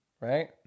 right